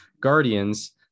Guardians